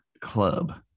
club